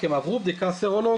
כי הם עברו בדיקה סרולוגית.